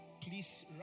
please